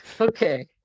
Okay